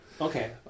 Okay